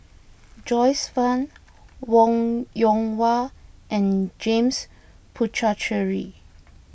Joyce Fan Wong Yoon Wah and James Puthucheary